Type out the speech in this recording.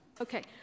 Okay